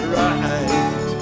right